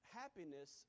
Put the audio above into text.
happiness